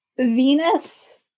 Venus